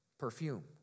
perfume